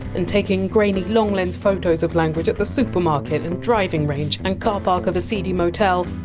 and taking grainy long-lens photos of language at the supermarket and driving range and car park of a seedy motel,